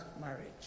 marriage